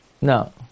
No